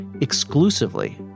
exclusively